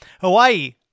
Hawaii